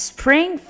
Spring